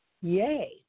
Yay